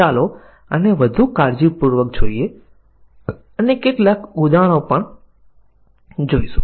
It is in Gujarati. ચાલો આપણે c 1 અને c 2 અથવા c 3 વાળું એક ઉદાહરણ જોઈએ